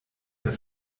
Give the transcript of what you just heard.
der